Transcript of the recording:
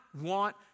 want